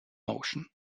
motion